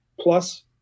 Plus